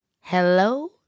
Hello